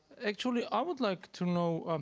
actually, i would like to know.